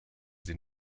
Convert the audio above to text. sie